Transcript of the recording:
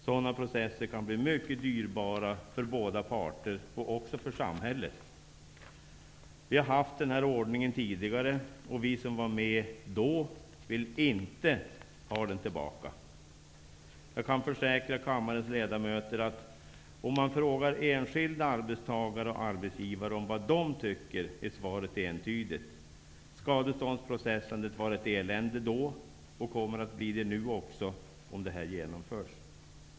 Sådana processer kan bli mycket dyrbara för båda parter och också för samhället. Vi har haft denna ordning tidigare, och vi som då var med vill inte ha den tillbaka. Jag kan försäkra kammarens ledamöter att om man frågar enskilda arbetstagare och arbetsgivare vad de tycker, är svaret entydigt: Skadeståndsprocessandet var ett elände då och kommer att bli det nu också, om det här genomförs.